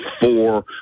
four